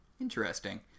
Interesting